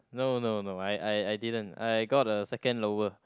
no no no I I I didn't I got a second lower